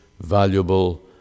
valuable